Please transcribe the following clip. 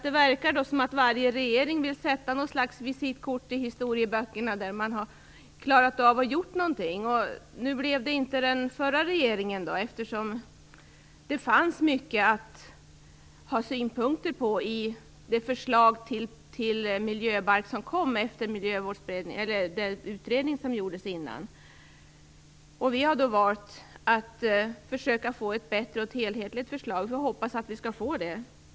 Det verkar som om varje regering vill sätta ett slags visitkort i historieböckerna för att visa att man har klarat av att göra någonting. Nu blev det inte den förra regeringen, eftersom det fanns mycket att ha synpunkter på i det förslag till miljöbalk som kom efter den utredning som gjordes. Vi har valt att försöka få ett bättre enhetligt förslag, och jag hoppas att vi skall få det.